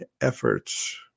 efforts